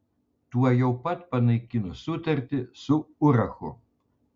tuojau pat panaikino sutartį su urachu